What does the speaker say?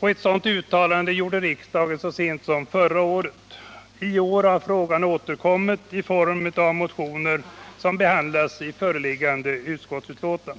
Ett sådant uttalande gjorde riksdagen så sent som förra året. I år har frågan återkommit i motioner som behandlas i det föreliggande utskottsbetänkandet.